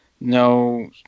no